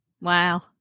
wow